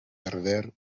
perder